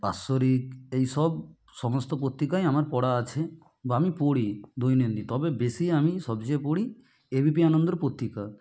বাৎসরিক এই সব সমস্ত পত্রিকাই আমার পড়া আছে বা আমি পড়ি দৈনন্দিন তবে বেশি আমি সবচেয়ে পড়ি এবিপি আনন্দর পত্রিকা